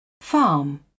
Farm